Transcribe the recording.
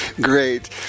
Great